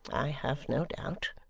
i have no doubt